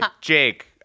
jake